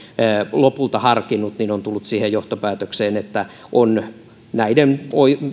lopulta harkinnut on tullut siihen johtopäätökseen että on näiden